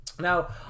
Now